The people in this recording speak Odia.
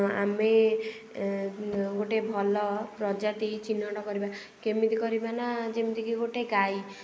ଆମେ ଗୋଟେ ଭଲ ପ୍ରଜାତି ଚିହ୍ନଟ କରିବା କେମିତି କରିବା ନା ଯେମିତିକି ଗୋଟେ ଗାଈ